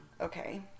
Okay